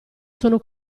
sono